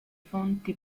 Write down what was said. fonti